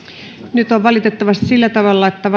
nyt on valitettavasti sillä tavalla että